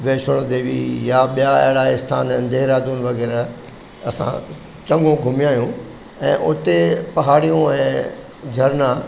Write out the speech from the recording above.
वैष्णो देवी या ॿिया अहिड़ा स्थान आहिनि देहरादून वग़ैरह असां चङो घुमिया आहियूं ऐं उते पहाड़ियूं ऐं झरना